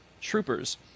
Troopers